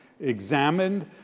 examined